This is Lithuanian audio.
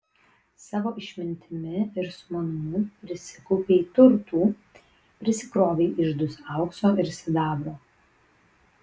savo išmintimi ir sumanumu prisikaupei turtų prisikrovei iždus aukso ir sidabro